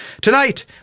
Tonight